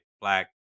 Black